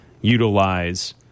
utilize